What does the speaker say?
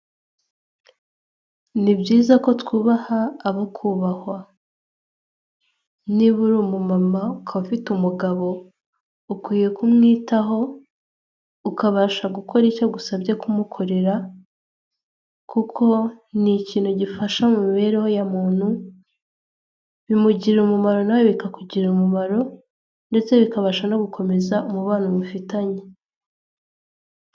Ni byiza ko twubaha abo kubabahwa; nibabura uri umumama ukaba ufite umugabo ukwiye kumwitaho ukabasha gukora icyo agusabye kumukorera; kuko ni ikintu gifasha mu mibereho ya muntu; bimugirira umumaro nawe bikakugirira umumaro ndetse bikabasha no gukomeza umubano mufitanye.